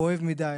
כואב מדי,